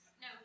No